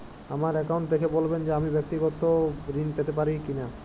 আমার অ্যাকাউন্ট দেখে বলবেন যে আমি ব্যাক্তিগত ঋণ পেতে পারি কি না?